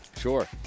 Sure